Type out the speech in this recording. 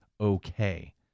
okay